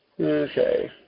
Okay